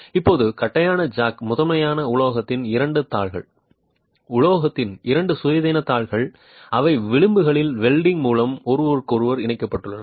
இப்போது தட்டையான ஜாக் முதன்மையாக உலோகத்தின் இரண்டு தாள்கள் உலோகத்தின் இரண்டு சுயாதீன தாள்கள் அவை விளிம்புகளில் வெல்டிங் மூலம் ஒருவருக்கொருவர் இணைக்கப்பட்டுள்ளன